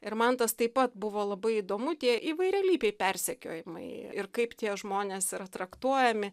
ir man tas taip pat buvo labai įdomu tie įvairialypiai persekiojimai ir kaip tie žmonės yra traktuojami